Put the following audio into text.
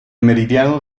meridiano